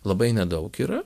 labai nedaug yra